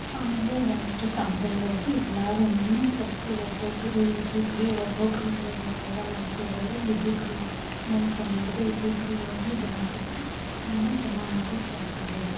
ಆಮೇಲೆ ಎಲ್ಲರು ಸಂಘದಲ್ಲೋಗಿ ಎಲ್ಲಾರುನು ಪ್ರತಿ ಒಬ್ಬೊಬ್ಬರು ಇಬ್ಬಿಬ್ಬರು ಒಬ್ಬೊಬ್ಬರು ಹೋಗೋಕಾಗಲ್ಲ ಅಂತೇಳಿದ್ರು ಇಬ್ಬಿಬ್ಬರು ನೇಮಕ ಮಾಡಿದೆ ಇಬ್ಬಿಬ್ಬರು ಹೋಗಿ ಬ್ಯಾಂಕ್ಗೆ ಹಣ ಜಮಾ ಮಾಡ್ಬಿಟ್ಟು ಬರ್ತಾರೆ